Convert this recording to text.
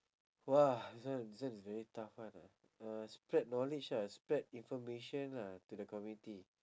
!wah! this one this one is very tough [one] eh uh spread knowledge lah spread information lah to the community